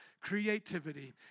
creativity